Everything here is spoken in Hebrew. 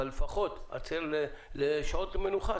אבל לפחות לשעות מנוחה,